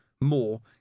more